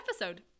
episode